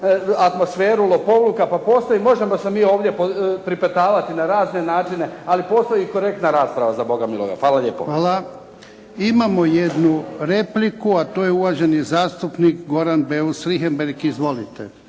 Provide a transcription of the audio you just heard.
atmosferu lopovluka. Pa možemo se ovdje pripetavati na razne načine, ali postoji korektna rasprava za Boga miloga. **Jarnjak, Ivan (HDZ)** Hvala. Imamo jednu repliku, a to je uvaženi zastupnik Goran Beus Richembergh. Izvolite.